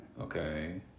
Okay